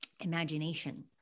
imagination